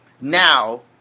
Now